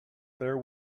there